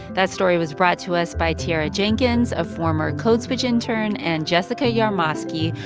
that story was brought to us by tiara jenkins, a former code switch intern, and jessica yarmosky,